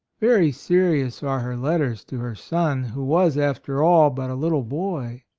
very serious are her letters to her son, who was, after all, but a little boy.